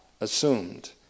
assumed